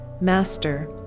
Master